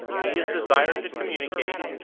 he is desired to communicate,